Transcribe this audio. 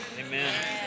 Amen